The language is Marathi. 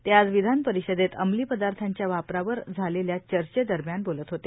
ते ज विधान परिषदेत अंमली पदार्थाच्या वापरावर झालेल्या चर्चेदरम्यान बोलत होते